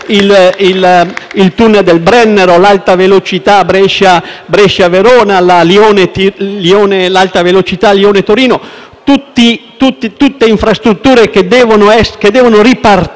il *tunnel* del Brennero, l'alta velocità Brescia-Verona, l'alta velocità Lione-Torino, tutti progetti che devono ripartire